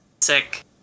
sick